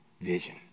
Vision